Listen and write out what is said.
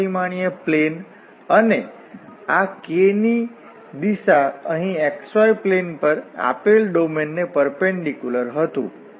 દ્વિ પરિમાણીય પ્લેન અને આ k ની દિશા અહીં xy પ્લેન પર આપેલ ડોમેન ને પરપેંડીક્યુલર હતું